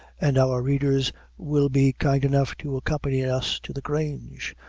and our readers will be kind enough to accompany us to the grange,